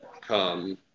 come